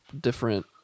different